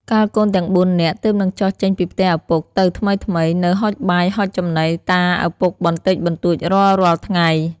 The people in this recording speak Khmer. កាលកូនទាំង ៤ នាក់ ទើបនឹងចុះចេញពីផ្ទះឪពុកទៅថ្មីៗ នៅហុចបាយហុចចំណី តាឪពុកបន្តិចបន្តួចរាល់ៗថ្ងៃ។